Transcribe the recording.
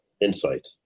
insight